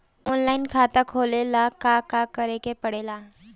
Online खाता खोले ला का का करे के पड़े ला?